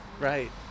Right